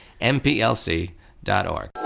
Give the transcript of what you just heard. MPLC.org